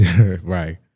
Right